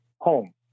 home